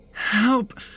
Help